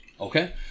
Okay